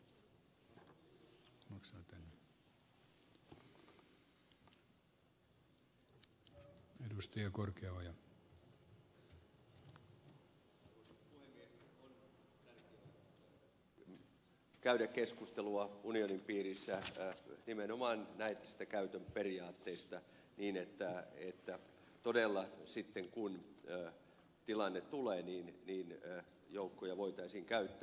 on tärkeää käydä keskustelua unionin piirissä nimenomaan näistä käytön periaatteista niin että todella sitten kun tilanne tulee joukkoja voitaisiin käyttää